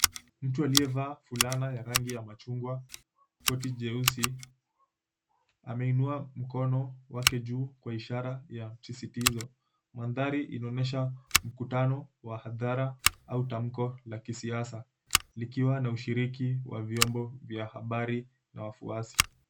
Mtu aliyevaa fulana ya rangi ya machungwa, koti jeusi, ameinua mkono wake juu kwa ishara ya tisitizo mandhari iliyoonyeshwa mkutano wa adhari au tamko la kisiasa likiwa na ushiriki wa vyombo vya habari na wafuasi.